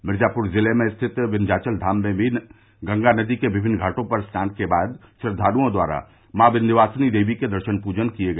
मिर्जापुर जिले में स्थित विन्याचलधाम में गंगा नदी के विभिन्न घाटों पर स्नान करने के बाद श्रद्वालुओं द्वारा माँ विन्यवासिनी देवी के दर्शन प्जन किया गया